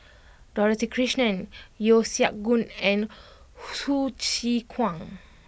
Dorothy Krishnan Yeo Siak Goon and Hsu Tse Kwang